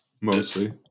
mostly